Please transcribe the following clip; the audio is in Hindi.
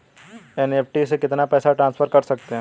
एन.ई.एफ.टी से कितना पैसा ट्रांसफर कर सकते हैं?